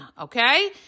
okay